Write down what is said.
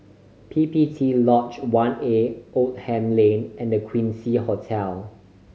P P T Lodge One A Oldham Lane and The Quincy Hotel